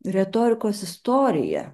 retorikos istorija